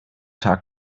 tag